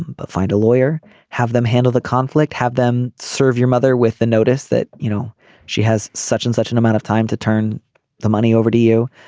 but find a lawyer have them handle the conflict have them serve your mother with the notice that you know she has such and such an amount of time to turn the money over to you